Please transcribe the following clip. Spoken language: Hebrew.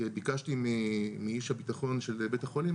ביקשתי מאיש הביטחון של בית החולים,